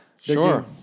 Sure